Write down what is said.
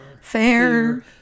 Fair